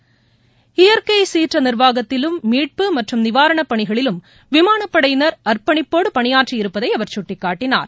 மீட்பு இயற்கைசீற்றநிர்வாகத்திலும் மற்றும் நிவாரணப் பணிகளிலும் விமானப்படையினர் அர்ப்பணிப்போடுபணியாற்றி இருப்பதைஅவர் கட்டிக்காட்டினர்